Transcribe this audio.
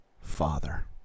Father